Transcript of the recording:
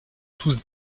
tous